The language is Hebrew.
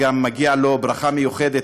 ומגיעה לו ברכה מיוחדת,